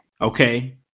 okay